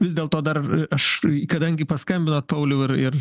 vis dėlto dar aš kadangi paskambinot pauliau ir ir